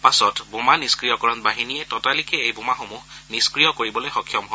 পাছত বোমা নিষ্ক্ৰিয়কৰণ বাহিনীয়ে ততালিকে এই বোমাসমূহ নিষ্ক্ৰিয় কৰিবলৈ সক্ষম হয়